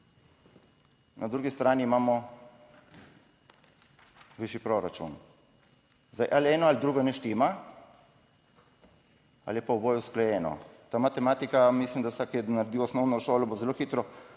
na drugi strani imamo višji proračun. Zdaj ali eno ali drugo ne štima ali je pa oboje usklajeno. Ta matematika, mislim, da vsak, ki je naredil osnovno šolo, bo zelo hitro